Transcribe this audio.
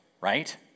right